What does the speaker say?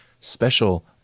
special